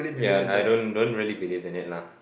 ya and I don't don't really believe in it lah